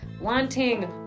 wanting